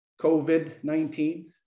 COVID-19